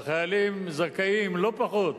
החיילים זכאים לא פחות